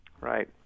Right